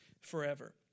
forever